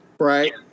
Right